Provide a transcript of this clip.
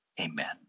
Amen